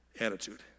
attitude